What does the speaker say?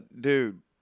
dude